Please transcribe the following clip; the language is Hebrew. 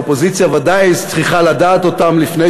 האופוזיציה ודאי צריכה לדעת אותן לפני